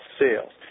sales